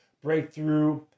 Breakthrough